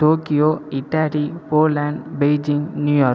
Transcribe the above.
Tokyo Italy Poland Beijing New York